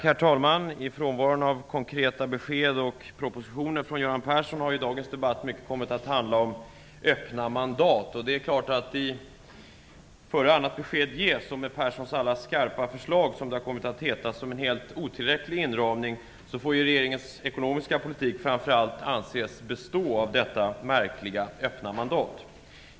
Herr talman! I frånvaron av konkreta besked och propositioner från Göran Persson har dagens debatt kommit att handla mycket om öppna mandat. Före annat besked ges och med Perssons alla skarpa förslag, som det har kommit att heta, som en helt otillräcklig inramning får regeringens ekonomiska politik framför allt anses bestå av detta märkliga öppna mandat.